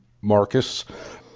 Marcus